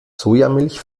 sojamilch